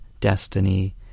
Destiny